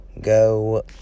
go